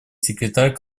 секретарь